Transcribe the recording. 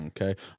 okay